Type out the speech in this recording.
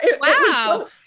wow